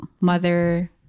mother